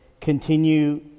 Continue